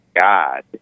God